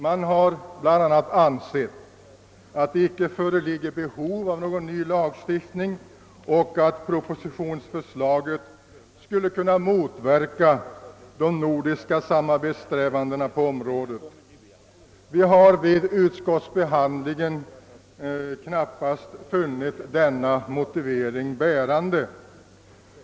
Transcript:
Det har bl.a. ansetts att det icke föreligger behov av någon ny lagstiftning och att propositionsförslaget skulle kunna motverka de nordiska samarbetssträvandena på om "ådet. Vid utskottsbehandlingen har vi inte kunnat finna denna motivering bärande.